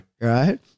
right